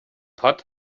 pot